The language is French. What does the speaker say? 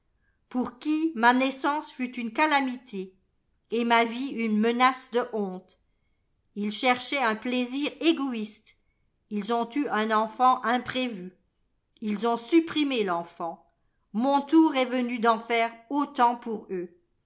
pour qui ma naissance fut une calamité et ma vie une menace de honte ils cherchaient un plaisir égoïste ils ont eu un enfant imprévu ils ont supprimé l'enfant mon tour est venu d'en faire autant pour eux